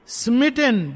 smitten